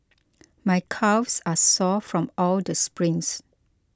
my calves are sore from all the sprints